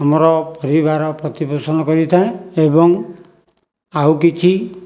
ଆମର ପରିବାର ପ୍ରତିପୋଷଣ କରିଥାଏ ଏବଂ ଆଉ କିଛି